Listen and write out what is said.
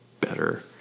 better